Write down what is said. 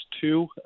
two